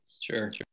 Sure